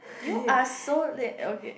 you are so late okay